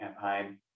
campaign